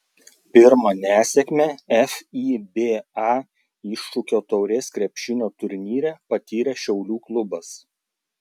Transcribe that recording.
pirmą nesėkmę fiba iššūkio taurės krepšinio turnyre patyrė šiaulių klubas